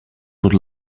would